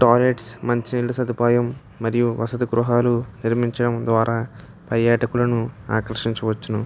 toilets మంచినీళ్ళ సదుపాయం మరియు వసతి గృహాలు నిర్మించడం ద్వారా పర్యాటకులను ఆకర్షించవచ్చును